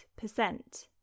percent